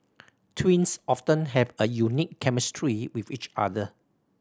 twins often have a unique chemistry with each other